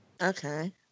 Okay